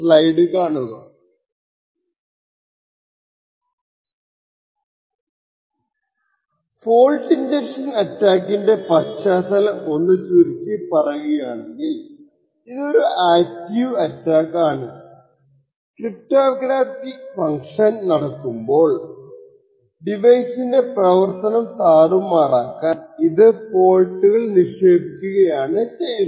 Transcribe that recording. fault injection അറ്റാക്കന്റെ പശ്ചാത്തലം ഒന്ന് ചുരുക്കി പറയുകയാണെങ്കിൽ ഇതൊരു ആക്റ്റീവ് അറ്റാക്ക് ആണ് ക്രിപ്റ്റോഗ്രാഫിക് ഫങ്ക്ഷൻ നടക്കുമ്പോൾ ആണ് ഡിവൈസിന്റെ പ്രവർത്തനം താറുമാറാക്കാൻ ഇത് ഫോൾട്ടുകൾ നിക്ഷേപിക്കുന്നത്